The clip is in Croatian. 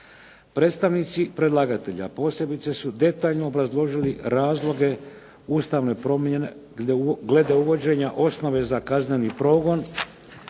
Predstavnici predlagatelja posebice su detaljno obrazložili razloge ustavne promjene glede uvođenja osnove za kazneni progon